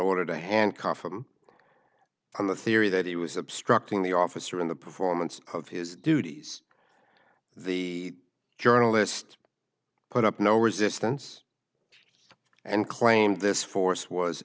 order to handcuff him on the theory that he was obstructing the officer in the performance of his duties the journalist put up no resistance and claimed this force was